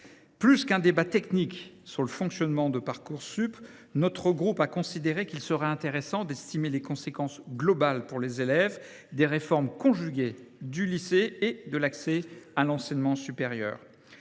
Plus qu’un débat technique sur le fonctionnement de Parcoursup, notre groupe a considéré qu’il serait intéressant d’évaluer collectivement les conséquences globales pour les élèves des réformes conjuguées du lycée et de l’accès à l’enseignement supérieur.